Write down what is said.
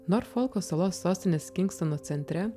norfolko salos sostinės kingstono centre